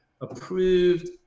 approved